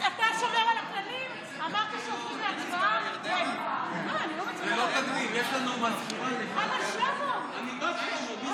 אני לא הפעלתי את ההצבעה, התחלתי להכריז והפסקתי.